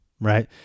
right